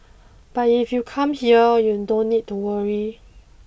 but if you come here you don't need to worry